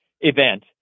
event